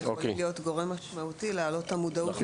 הם יכולים להיות גורם משמעותי להעלאת המודעות שיש מרכז הגנה.